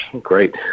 Great